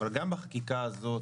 אבל גם בחקיקה הזאת,